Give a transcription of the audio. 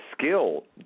skill